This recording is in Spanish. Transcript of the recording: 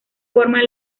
forma